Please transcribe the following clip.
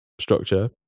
structure